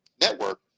network